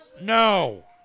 No